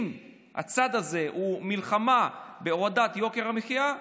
אם הצעד הזה הוא מלחמה בהורדת יוקר המחיה,